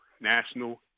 national